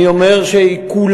אני אומר שכולנו,